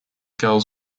girls